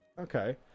Okay